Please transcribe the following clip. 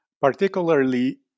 particularly